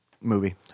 movie